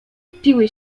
wpiły